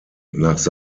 nach